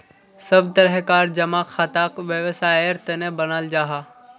सब तरह कार जमा खाताक वैवसायेर तने बनाल जाहा